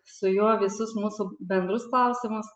su juo visus mūsų bendrus klausimus